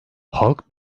halk